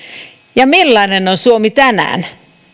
ja millainen on suomi tänään